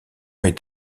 est